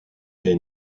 est